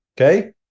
Okay